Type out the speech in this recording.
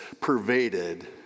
pervaded